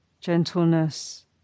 gentleness